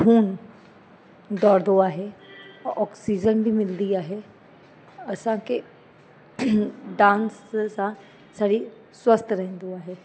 खून डोड़दो आहे ऑक्सीजन बि मिलंदी आहे असांखे डांस सां सरीरु स्वस्थ्य रहंदो आहे